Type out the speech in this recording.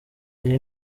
iri